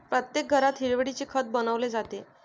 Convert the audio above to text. प्रत्येक घरात हिरवळीचे खत बनवले जाते